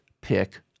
pick